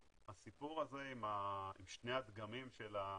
הסיפור הזה עם שני הדגמים של הצ'יפים,